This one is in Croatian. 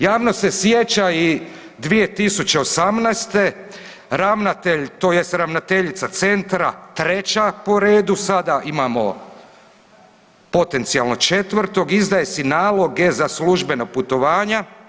Javnost se sjeća i 2018., ravnatelj, tj. ravnateljica centra treća po redu, sada imamo potencijalno četvrtog, izdaje si naloge za službena putovanja.